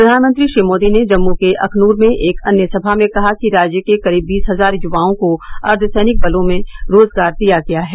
प्रधानमंत्री श्री मोदी ने जम्मू के अखनूर में एक अन्य सभा में कहा कि राज्य के करीब बीस हजार युवाओं को अर्धसैनिक बलों में रोजगार दिया गया है